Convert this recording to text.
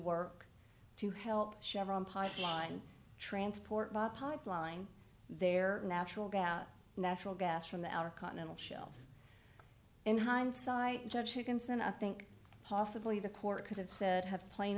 work to help chevron pipeline transport by pipeline their natural gas natural gas from the outer continental shelf in hindsight i judge dickinson i think possibly the court could have said have plain